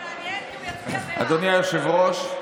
אדוני היושב-ראש,